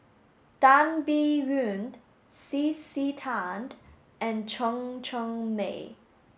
Tan Biyun C C Tan and Chen Cheng Mei